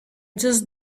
just